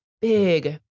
big